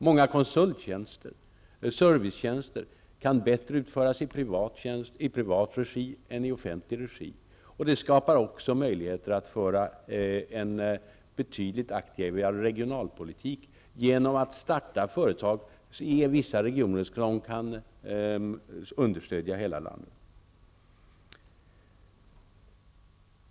Många servicetjänster kan bättre utföras i privat regi än i offentlig regi, och det skapar också möjligheter att föra en betydligt aktivare regionalpolitik, genom att företag som startas i vissa regioner kan understödja hela landet.